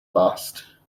last